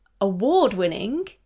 award-winning